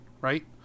right